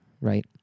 right